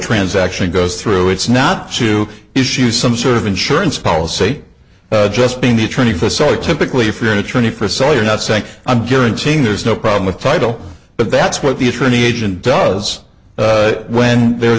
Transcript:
transaction goes through it's not to issue some sort of insurance policy just being the attorney for solar typically if you're an attorney for so you're not saying i'm guaranteeing there's no problem with title but that's what the attorney agent does when they're